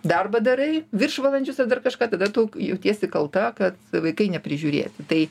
darbą darai viršvalandžius ar dar kažką tada tu jautiesi kalta kad vaikai neprižiūrėti tai